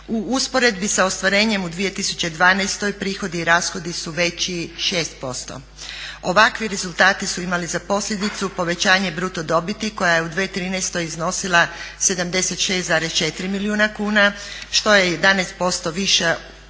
U usporedbi sa ostvarenjem u 2012.prihodi i rashodi su veći 6%. Ovakvi rezultati su imali za posljedicu povećanje bruto dobiti koja je u 2013.iznosila 76,4 milijuna kuna što je 11% više od